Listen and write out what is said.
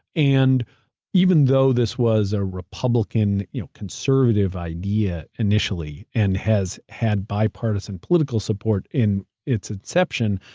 and even though this was a republican you know conservative idea initially, and has had bipartisan political support in its inception,